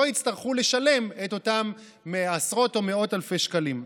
שלא יצטרכו לשלם את אותם עשרות או מאות אלפי שקלים.